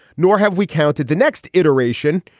nor have we counted the next iteration,